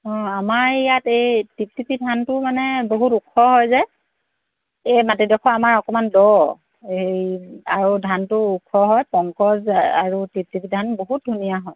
আমাৰ ইয়াত এই টিপটিপি ধানটো মানে বহুত ওখ হয় যে এই মাটিডখৰ আমাৰ অকণমান দ সেই আৰু ধানটো ওখ হয় পংকজ আৰু টিপটিপি ধান বহুত ধুনীয়া হয়